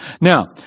Now